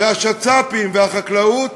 והשצ"פים והחקלאות,